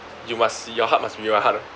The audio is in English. you must see your heart must be my heart ah